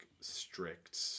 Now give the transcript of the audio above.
strict